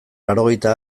laurogeita